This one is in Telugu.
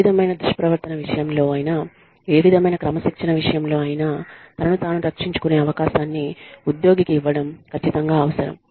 ఏ విధమైన దుష్ప్రవర్తన విషయంలో ఐన ఏ విధమైన క్రమశిక్షణ విషయంలో ఐన తనను తాను రక్షించుకునే అవకాశాన్ని ఉద్యోగికి ఇవ్వడం ఖచ్చితంగా అవసరం